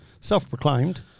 Self-proclaimed